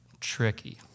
tricky